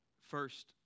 First